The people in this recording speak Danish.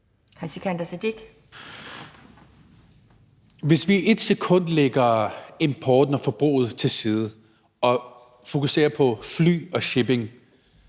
Sikandar Siddique (UFG): Hvis vi et sekund lægger importen og forbruget til side og fokuserer på fly og shipping,